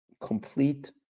complete